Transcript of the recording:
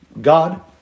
God